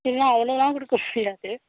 என்ன அவ்வளோலாம் கொடுக்க முடியாது